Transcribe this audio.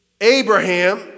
Abraham